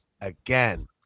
again